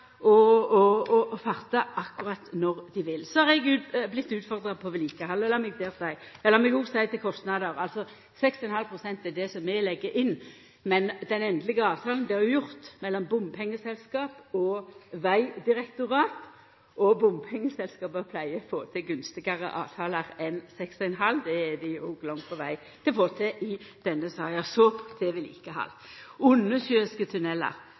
og farta akkurat når dei vil. Så har eg vorte utfordra på vedlikehaldet. Men lat meg fyrst til kostnader seia: 6,5 pst. er det som vi legg inn. Men den endelege avtalen vart jo gjord mellom bompengeselskapet og Vegdirektoratet, og bompengeselskapa pleier å få til gunstigare avtalar enn 6,5 pst. Det er dei jo langt på veg til å få til i denne saka. Så til